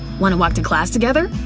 wanna walk to class together?